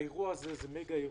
האירוע הזה הוא מגה-אירוע,